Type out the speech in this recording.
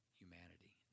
humanity